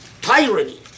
Tyranny